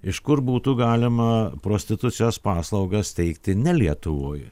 iš kur būtų galima prostitucijos paslaugas teikti ne lietuvoj